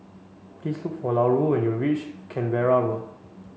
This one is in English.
please look for Larue when you reach Canberra Road